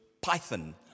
python